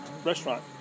Restaurant